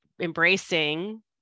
embracing